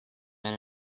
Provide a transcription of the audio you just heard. men